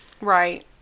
Right